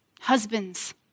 Husbands